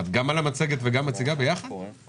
אני ד"ר מורן בלייכפלד מגנאזי.